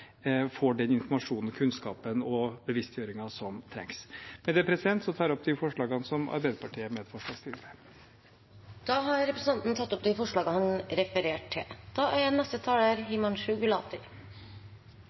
får den informasjonen, kunnskapen og bevisstgjøringen som trengs. Med det tar jeg opp de forslagene som Arbeiderpartiet er medforslagsstiller til. Representanten Trond Giske har tatt opp de forslagene han refererte til. Det er